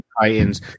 Titans